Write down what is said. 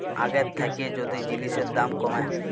আগের থ্যাইকে যদি জিলিসের দাম ক্যমে